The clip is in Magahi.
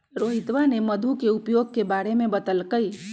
रोहितवा ने मधु के उपयोग के बारे में बतल कई